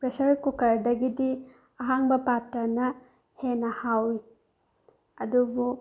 pressure ꯀꯨꯀꯔꯗꯒꯤꯗꯤ ꯑꯍꯥꯡꯕ ꯄꯥꯇ꯭ꯔꯅ ꯍꯦꯟꯅ ꯍꯥꯎꯏ ꯑꯗꯨꯕꯨ